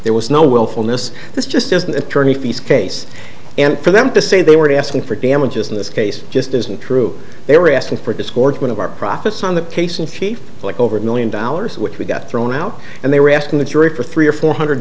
there was no willfulness this just as an attorney fees case and for them to say they weren't asking for damages in this case just isn't true they were asking for discord one of our profits on the case and feel like over a million dollars which we got thrown out and they were asking the jury for three or four hundred